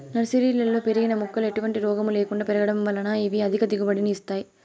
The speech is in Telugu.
నర్సరీలలో పెరిగిన మొక్కలు ఎటువంటి రోగము లేకుండా పెరగడం వలన ఇవి అధిక దిగుబడిని ఇస్తాయి